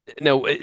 Now